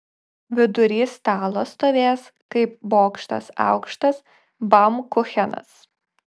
vidury stalo stovės kaip bokštas aukštas baumkuchenas